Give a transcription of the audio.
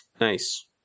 Nice